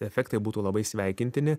efektai būtų labai sveikintini